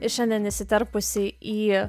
ir šiandien įsiterpusi į